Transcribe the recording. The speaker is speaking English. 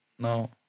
no